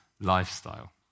lifestyle